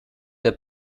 der